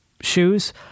shoes